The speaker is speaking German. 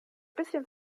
bisschen